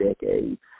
decades